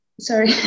sorry